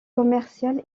commercial